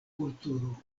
kulturo